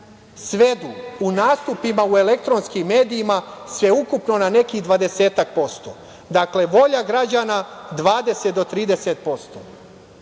svedu u nastupima u elektronskim medijima sveukupno na nekih 20-ak posto, dakle, volja građana 20-30%.